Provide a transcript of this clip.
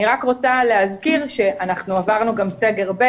אני רק רוצה להזכיר שעברנו גם סגר שני,